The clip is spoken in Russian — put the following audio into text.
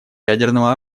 ядерного